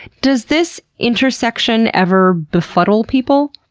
does this intersection ever befuddle people?